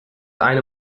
eine